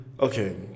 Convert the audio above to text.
okay